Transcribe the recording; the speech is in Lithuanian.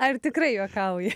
ar tikrai juokauji